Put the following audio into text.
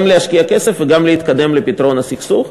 גם להשקיע כסף וגם להתקדם לפתרון הסכסוך.